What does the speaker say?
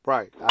Right